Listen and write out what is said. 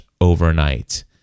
overnight